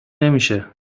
نمیشه